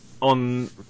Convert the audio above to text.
on